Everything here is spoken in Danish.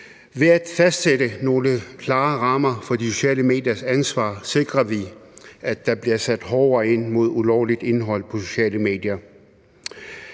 Ved at fastsætte nogle klare rammer for de sociale mediers ansvar sikrer vi, at der bliver sat hårdere ind mod ulovligt indhold på sociale medier.